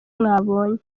mwabonye